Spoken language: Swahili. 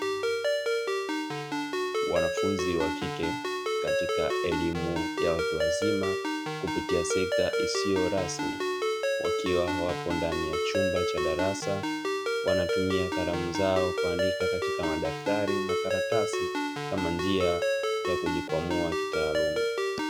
Wanafunzi wa kike katika elimu ya watu wazima, kupitia sekta isiyo rasmi, wakiwa wapo ndani ya chumba cha darasa, wanatumia kalamu zao kuandika katika madaftari na karatasi kama njia ya kujikwamua kitaaluma.